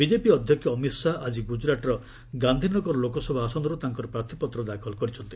BJP ଅଧ୍ୟକ୍ଷ ଅମିତ ଶାହା ଆକି ଗୁଜରାଟର ଗାନ୍ଧିନଗର ଲୋକସଭା ଆସନରୁ ତାଙ୍କର ପ୍ରାର୍ଥୀପତ୍ର ଦାଖଲ କରିଛନ୍ତି